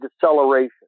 deceleration